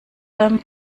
beim